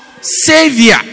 Savior